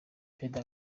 perezida